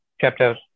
chapter